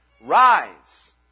Rise